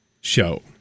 show